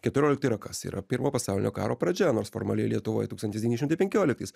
keturiolikti yra kas yra pirmo pasaulinio karo pradžia nors formaliai lietuvoj tūkstantis devyni šimtai penkioliktais